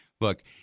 look